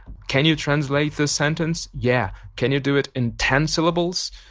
can you translate this sentence? yeah. can you do it in ten syllables?